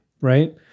right